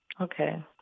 Okay